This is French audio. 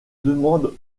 demandes